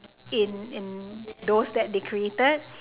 in in those that they created